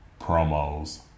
promos